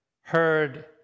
heard